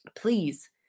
please